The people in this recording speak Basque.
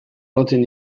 lotzen